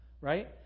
right